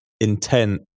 intent